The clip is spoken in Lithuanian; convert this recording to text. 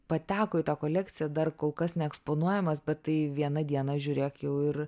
pateko į tą kolekciją dar kol kas neeksponuojamas bet tai vieną dieną žiūrėk jau ir